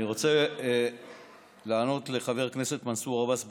אני רוצה לענות לחבר הכנסת מנסור עבאס בקצרה.